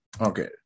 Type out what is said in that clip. Okay